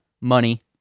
Money